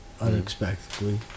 unexpectedly